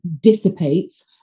dissipates